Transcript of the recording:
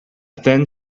thin